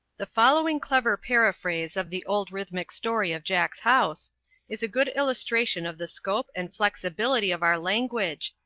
the following clever paraphrase of the old rhythmic story of jack's house is a good illustration of the scope and flexibility of our language,